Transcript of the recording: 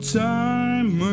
time